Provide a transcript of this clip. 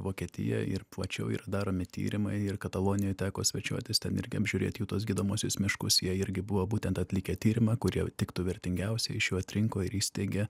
vokietija ir plačiau yra daromi tyrimai ir katalonijoj teko svečiuotis ten irgi apžiūrėt jų tuos gydomuosius miškus jie irgi buvo būtent atlikę tyrimą kurie jau tiktų vertingiausi iš jų atrinko ir įsteigė